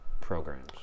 programs